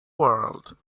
world